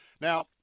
Now